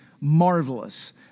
marvelous